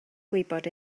gwybod